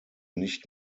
nicht